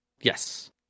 Yes